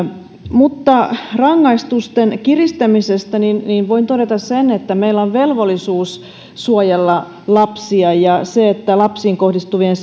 rangaistusten kiristämisestä voin todeta sen että meillä on velvollisuus suojella lapsia ja se että lapsiin kohdistuvien